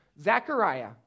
Zechariah